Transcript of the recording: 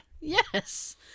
Yes